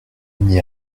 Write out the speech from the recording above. n’y